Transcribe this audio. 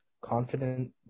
confident